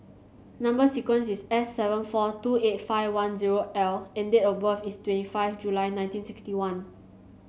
number sequence is S seven four two eight five one zero L and date of birth is twenty five July nineteen sixty one